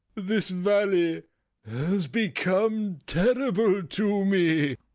this valley has become terrible to me.